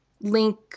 link